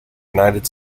united